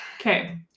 Okay